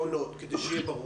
כדי שיהיה ברור.